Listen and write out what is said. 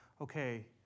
okay